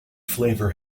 flavor